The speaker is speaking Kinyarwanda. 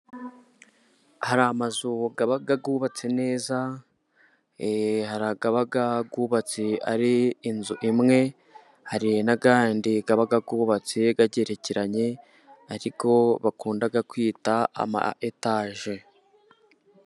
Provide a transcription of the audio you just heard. Hari amazu aba yubatse neza hari aba yubatse ari inzu imwe hari n'ayandi aba agerekeranye ari yo bakunda kwita ama etaje